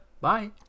bye